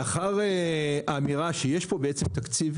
לאחר האמירה שיש פה בעצם תקציב,